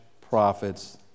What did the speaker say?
profits